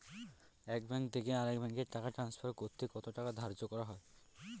এক ব্যাংক থেকে আরেক ব্যাংকে টাকা টান্সফার করতে কত টাকা ধার্য করা হয়?